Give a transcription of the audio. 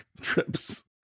trips